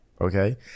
okay